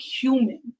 human